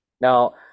Now